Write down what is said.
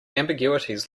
ambiguities